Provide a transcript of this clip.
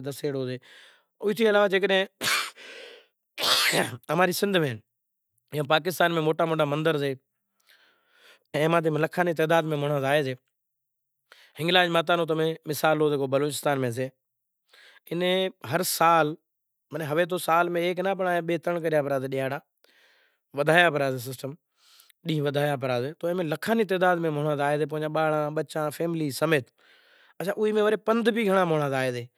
داس ایک مالہی مالہی نی ہات ویسائیسے مالہی اینے کہیو زے اینا کنیں ویسائیسے تو روہیدساس مالی کن کام کرے سے تو کام کرتا کرتا وشوامنتر کھیل کرے سے اینے نانگ ڈنئیں زائیسے زارے نانگ ڈانگی زائے تو مالہی ایئے ناں تڑپتو زوئی ان ڈیا آوی زائیسے من ماں